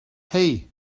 hei